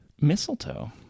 Mistletoe